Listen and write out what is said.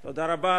תודה רבה.